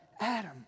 Adam